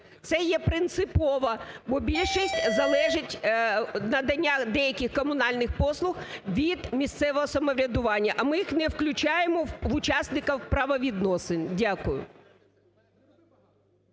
Це є принципово, бо більшість залежить надання деяких комунальних послуг від місцевого самоврядування, а ми їх не включаємо в учасників правовідносин. Дякую.